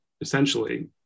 essentially